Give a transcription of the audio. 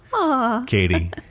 Katie